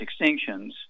extinctions